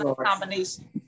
combination